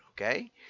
okay